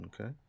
Okay